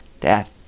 death